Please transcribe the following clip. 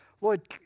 Lord